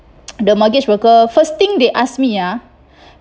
the mortgage worker first thing they ask me ah